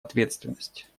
ответственность